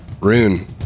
Rune